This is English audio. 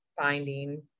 finding